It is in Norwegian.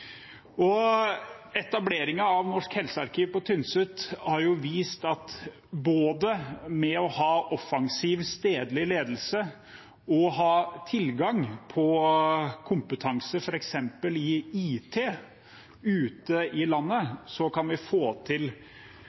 av Norsk helsearkiv på Tynset har vist at med både å ha offensiv stedlig ledelse og ha tilgang på kompetanse, f.eks. i IT, ute i landet, kan vi få til